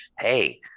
hey